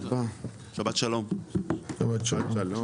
הישיבה ננעלה בשעה 11:48.